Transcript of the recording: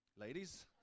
ladies